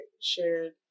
shared